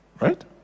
right